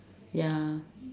ya